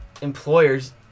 employers